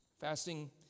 Fasting